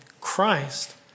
Christ